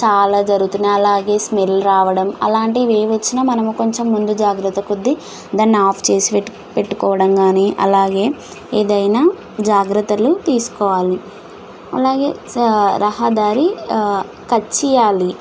చాలా జరుగుతున్నాయి అలాగే స్మెల్ రావడం అలాంటివి ఏవి వచ్చినా మనం కొంచెం ముందు జాగ్రత్త కొద్దీ దాన్ని ఆఫ్ చేసి పెట్టు పెట్టుకోవడం కాని అలాగే ఏదైనా జాగ్రత్తలు తీసుకోవాలి అలాగే స రహదారి కచ్చియ్యాలి